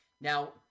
Now